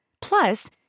Plus